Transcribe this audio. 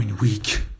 weak